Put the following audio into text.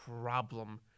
problem